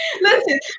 Listen